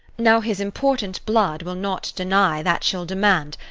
now his important blood will nought deny that she'll demand.